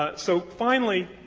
ah so finally,